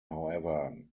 however